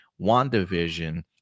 WandaVision